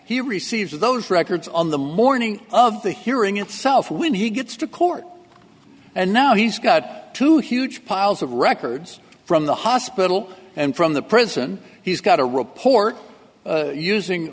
he receives those records on the morning of the hearing itself when he gets to court and now he's got two huge piles of records from the hospital and from the prison he's got to report using